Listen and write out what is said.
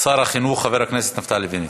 שר החינוך חבר הכנסת נפתלי בנט.